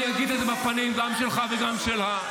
אני אגיד את זה בפנים גם שלך וגם שלה.